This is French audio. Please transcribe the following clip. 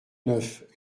neuf